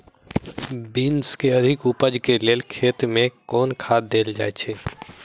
Beans केँ अधिक उपज केँ लेल खेत मे केँ खाद देल जाए छैय?